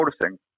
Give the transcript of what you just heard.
noticing